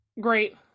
Great